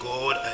God